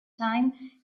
time